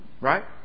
right